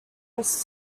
was